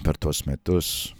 per tuos metus